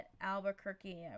Albuquerque